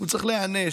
הוא צריך להיענש,